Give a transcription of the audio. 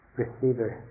receiver